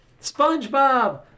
spongebob